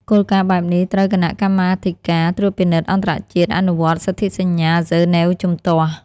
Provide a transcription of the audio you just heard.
គោលការណ៍បែបនេះត្រូវគណៈកម្មាធិការត្រួតពិនិត្យអន្តរជាតិអនុវត្តសន្ធិសញ្ញាហ្សឺណែវជំទាស់។